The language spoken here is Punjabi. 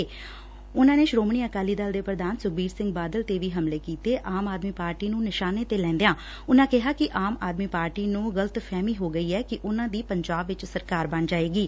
ਉਨੂਾ ਨੇ ਸਦਨ ਚ ਸ੍ਹੋਮਣੀ ਅਕਾਲੀ ਦਲ ਦੇ ਪ੍ਧਾਨ ਸੁਖਬੀਰ ਸਿੰਘ ਬਾਦਲ ਤੇ ਵੀ ਹਮਲੇ ਕੀਤੇ ਆਮ ਆਦਮੀ ਪਾਰਟੀ ਨੂੰ ਨਿਸ਼ਾਨੇ ਤੇ ਲੈਦਿਆਂ ਉਨੂਾ ਕਿਹਾ ਕਿ ਆਮ ਆਦਮੀ ਪਾਰਟੀ ਨੂੰ ਗਲਤ ਫਹਿਮੀ ਹੋ ਗੀ ਐ ਕਿ ਉਨੂਂ ਦੀ ਪੰਜਾਬ ਚ ਸਰਕਾਰ ਬਣ ਜਾਏਗੀ